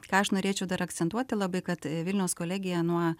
ką aš norėčiau dar akcentuoti labai kad vilniaus kolegija nuo